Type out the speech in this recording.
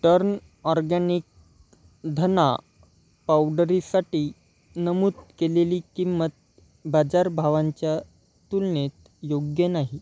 turn organic धणा पावडरीसाठी नमूद केलेली किंमत बाजारभावांच्या तुलनेत योग्य नाही